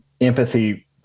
empathy